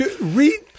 Read